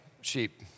sheep